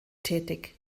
tätig